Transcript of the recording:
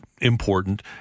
important